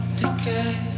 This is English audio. decay